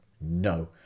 no